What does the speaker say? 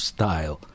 Style